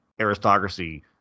aristocracy